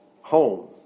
home